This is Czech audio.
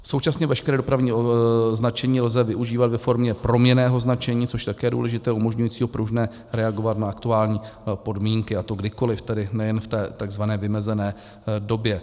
Současně veškeré dopravní značení lze využívat ve formě proměnného značení, což je také důležité, umožňujícího pružně reagovat na aktuální podmínky, a to kdykoliv, tedy nejen v té takzvané vymezené době.